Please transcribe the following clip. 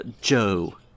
Joe